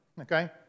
okay